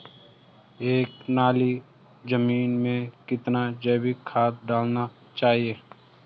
एक नाली जमीन में कितना जैविक खाद डालना चाहिए?